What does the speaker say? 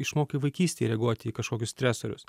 išmokai vaikystėj reaguoti į kažkokius stresorius